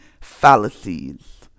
fallacies